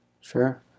Sure